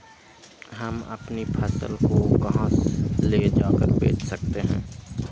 हम अपनी फसल को कहां ले जाकर बेच सकते हैं?